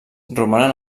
romanen